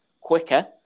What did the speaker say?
quicker